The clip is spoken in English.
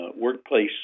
workplace